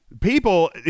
people